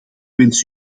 wens